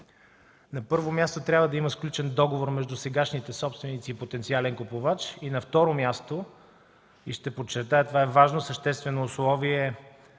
На първо място, трябва да има сключен договор между сегашните собственици и потенциален купувач и, на второ място – ще подчертая, че това е важно, съществено условие,